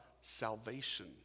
salvation